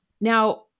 Now